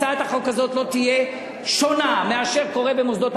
הצעת החוק הזאת לא תהיה שונה מאשר קורה במוסדות החינוך האחרים,